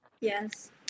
yes